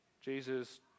Jesus